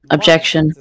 Objection